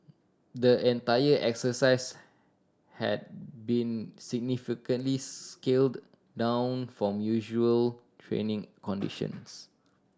the entire exercise had been significantly scaled down from usual training conditions